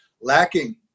lacking